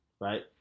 right